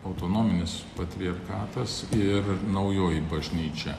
autonominis patriarchatas ir naujoji bažnyčia